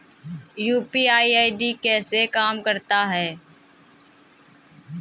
UPI ID कैसे काम करता है?